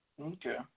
Okay